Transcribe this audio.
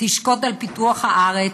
תשקוד על פיתוח הארץ,